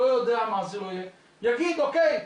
מה שזה לא יהיה ויגיד אוקיי,